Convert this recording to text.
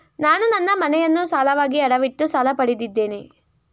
ನಾನು ನನ್ನ ಮನೆಯನ್ನು ಸಾಲವಾಗಿ ಅಡವಿಟ್ಟು ಸಾಲ ಪಡೆದಿದ್ದೇನೆ